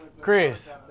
Chris